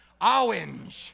orange